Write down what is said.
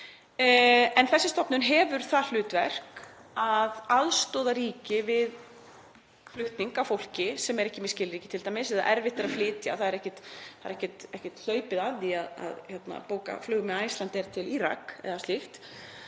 Þessi stofnun hefur það hlutverk að aðstoða ríki við flutning á fólki sem er t.d. ekki með skilríki eða erfitt er að flytja. Það er ekki hlaupið að því að bóka flug með Icelandair til Íraks eða slíkt,